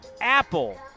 Apple